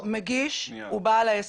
המגיש הוא בעל העסק.